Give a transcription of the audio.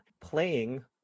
playing